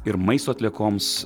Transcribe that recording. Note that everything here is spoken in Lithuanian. ir maisto atliekoms